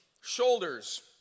shoulders